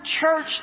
church